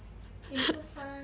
eh so fun